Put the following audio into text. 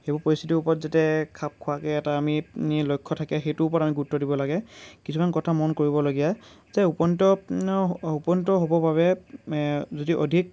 সেইবোৰ পৰিস্থিতিৰ ওপৰত যাতে খাপ খোৱাকে এটা আমি লক্ষ্য থাকে সেইটোৰ ওপৰত আমি গুৰুত্ব দিব লাগে কিছুমান কথা মন কৰিবলগীয়া যে উপনীত উপনীত হ'বৰ বাবে এ যদি অধিক